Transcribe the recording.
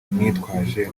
ntitwaje